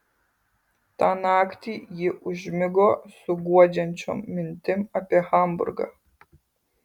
tą naktį ji užmigo su guodžiančiom mintim apie hamburgą